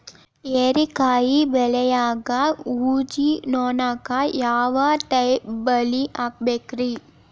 ಹೇರಿಕಾಯಿ ಬೆಳಿಯಾಗ ಊಜಿ ನೋಣಕ್ಕ ಯಾವ ಟೈಪ್ ಬಲಿ ಹಾಕಬೇಕ್ರಿ?